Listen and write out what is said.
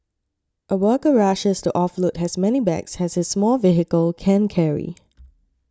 a worker rushes to offload as many bags as his small vehicle can carry